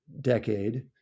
decade